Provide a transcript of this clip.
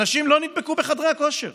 אנשים לא נדבקו בחדרי הכושר.